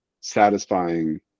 satisfying